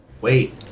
Wait